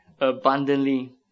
abundantly